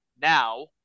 now